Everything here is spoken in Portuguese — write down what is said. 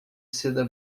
seda